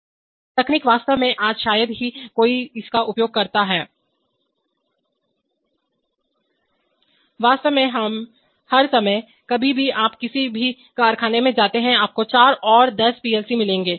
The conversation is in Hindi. बहुत पुरानी तकनीक वास्तव में आजकल शायद ही कोई इसका उपयोग करता है वास्तव में हर समय कहीं भी आप किसी भी कारखाने में जाते हैं आपको चारों ओर दस पीएलसी मिलेंगे